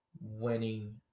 winning